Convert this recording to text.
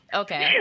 okay